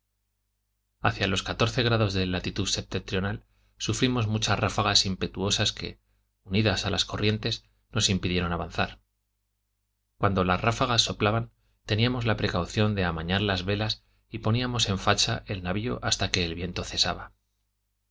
hacia los grados de latitud septentrional sufrimos muchas ráfagas impetuosas que unidas a las corrientes nos impidieron avanzar cuando las ráfagas soplaban teníamos la precaución de amainar las velas y poníamos en facha el navio hasta que el viento cesaba